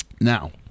Now